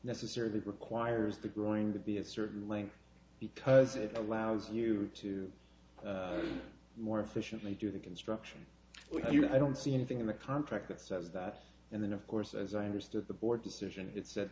necessarily requires the growing to be a certain length because it allows you to more efficiently do the construction i don't see anything in the contract that says that and then of course as i understood the board's decision it said